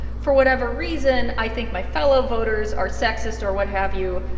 for whatever reason, i think my fellow voters are sexist or what have you.